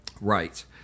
Right